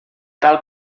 tal